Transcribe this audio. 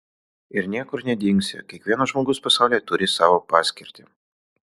ir niekur nedingsi kiekvienas žmogus pasaulyje turi savo paskirtį